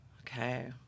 Okay